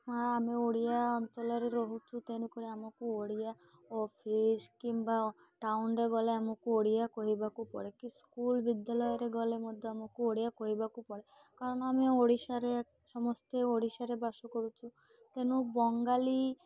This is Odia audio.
ମା ଆମେ ଓଡ଼ିଆ ଅଞ୍ଚଳରେ ରହୁଛୁ ତେଣୁକରି ଆମକୁ ଓଡ଼ିଆ ଅଫିସ କିମ୍ବା ଟାଉନରେେ ଗଲେ ଆମକୁ ଓଡ଼ିଆ କହିବାକୁ ପଡ଼େ କି ସ୍କୁଲ ବିଦ୍ୟାଳୟରେ ଗଲେ ମଧ୍ୟ ଆମକୁ ଓଡ଼ିଆ କହିବାକୁ ପଡ଼େ କାରଣ ଆମେ ଓଡ଼ିଶାରେ ସମସ୍ତେ ଓଡ଼ିଶାରେ ବାସ କରୁଛୁ ତେଣୁ ବଙ୍ଗାଳୀ